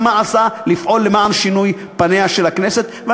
כמה עשה ופעל למען שינוי פניה של הכנסת,